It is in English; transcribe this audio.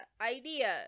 idea